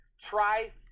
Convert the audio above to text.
Try